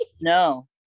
No